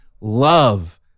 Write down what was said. love